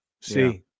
See